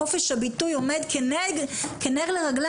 חופש הביטוי עומד כנר לרגליי.